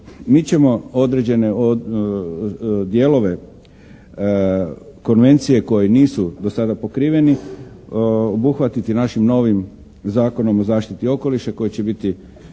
Mi ćemo određene dijelove konvencije koji nisu do sada pokriveni obuhvatiti našim novim Zakonom o zaštiti okoliša koji će biti